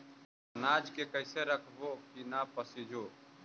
अनाज के कैसे रखबै कि न पसिजै?